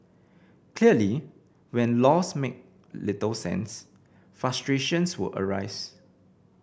clearly when laws make little sense frustrations will arise